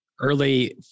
early